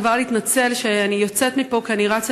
וכבר להתנצל שאני יוצאת מפה כי אני רוצה